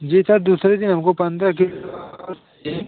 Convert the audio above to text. जी sir दूसरे दिन हमको पंद्रह किलो और चाहिए